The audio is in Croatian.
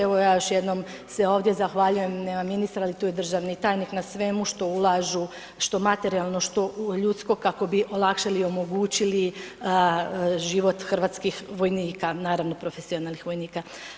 Evo, ja još jednom se ovdje zahvaljujem, nema ministra, ali tu je državni tajnik, na svemu što ulažu, što materijalno, što ljudsko, kako bi olakšali i omogućili život hrvatskih vojnika, naravno, profesionalnih vojnika.